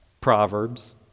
Proverbs